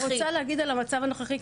אני רוצה להגיד על המצב הנוכחי,